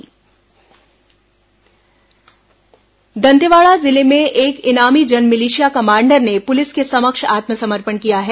माओवादी समर्पण दंतेवाड़ा जिले में एक इनामी जनमिलिशिया कमांडर ने पुलिस के समक्ष आत्मसमर्पण किया है